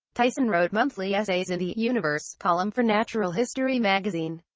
tyson wrote monthly essays in the universe column for natural history magazine,